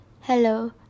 Hello